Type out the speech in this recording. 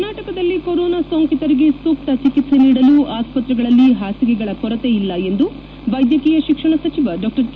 ಕರ್ನಾಟಕದಲ್ಲಿ ಕೊರೊನಾ ಸೋಂಕಿತರಿಗೆ ಸೂಕ್ತ ಚಿಕಿತ್ನೆ ನೀಡಲು ಆಸ್ವತ್ರೆಗಳಲ್ಲಿ ಹಾಸಿಗೆಗಳ ಕೊರತೆಯಿಲ್ಲ ಎಂದು ವೈದ್ಯಕೀಯ ಶಿಕ್ಷಣ ಸಚಿವ ಡಾ ಕೆ